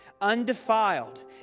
undefiled